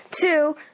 Two